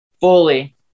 Fully